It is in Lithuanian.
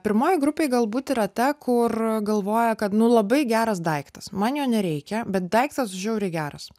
pirmoji grupė galbūt yra ta kur galvoja kad nu labai geras daiktas man jo nereikia bet daiktas žiauriai geras